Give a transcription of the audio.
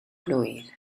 blwydd